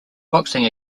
boxing